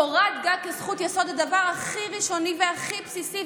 קורת גג כזכות יסוד היא הדבר הכי ראשוני והכי בסיסי.